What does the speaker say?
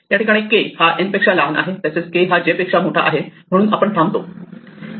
या ठिकाणी K हा N पेक्षा लहान आहे तसेच K हा J पेक्षा मोठा आहे म्हणून आपण थांबतो